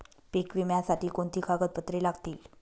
पीक विम्यासाठी कोणती कागदपत्रे लागतील?